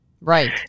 Right